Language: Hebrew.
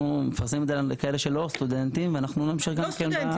מפרסמים את זה לכאלה שהם לא סטודנטים ו --- לא סטודנטים,